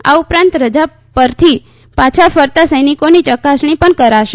આ ઉપરાંત રજા પરથી પાછા ફરતા સૈનિકોની ચકાસણી પણ કરાશે